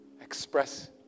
express